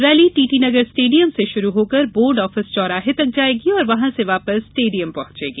rally TT Nagar stadium से प्रारंभ होकर बोर्ड ऑफिस चौराहे तक जाएगी और वहां से वापस स्टेडियम पहंचेगी